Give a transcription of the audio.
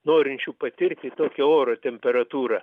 norinčių patirti tokią oro temperatūrą